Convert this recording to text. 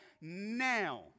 now